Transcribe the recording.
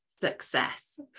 success